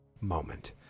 moment